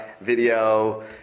video